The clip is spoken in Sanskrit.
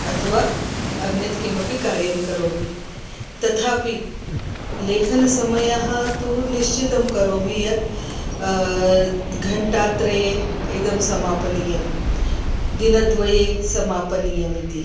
अथवा अन्यत् किमपि कार्यं करोमि तथापि लेखनसमयं तु निश्चितं करोमि यत् घण्टात्रये इदं समापनीयं दिनद्वये समापनीयमिति